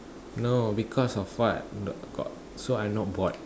no because of what I got that's why I not bored